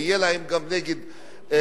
ויהיה להם גם נגד חרדים,